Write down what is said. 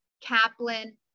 Kaplan